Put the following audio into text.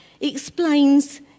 explains